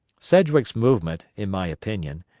sedgwick's movement, in my opinion,